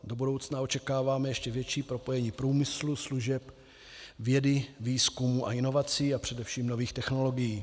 Do budoucna očekáváme ještě větší propojení průmyslu, služeb, vědy, výzkumu a inovací a především nových technologií.